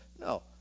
no